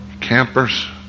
campers